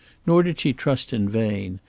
nor did she trust in vain.